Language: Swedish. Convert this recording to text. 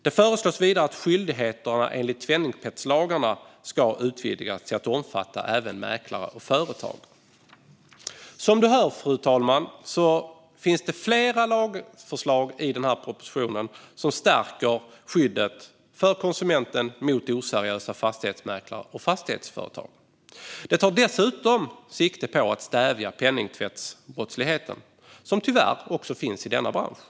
Det föreslås vidare att skyldigheterna enligt penningtvättslagarna utvidgas till att omfatta även mäklare och mäklarföretag. Som fru talmannen hör finns det flera lagförslag i propositionen som stärker skyddet för konsumenten mot oseriösa fastighetsmäklare och fastighetsmäklarföretag. De tar dessutom sikte på att stävja penningtvättsbrottslighet, som tyvärr finns också i denna bransch.